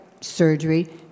surgery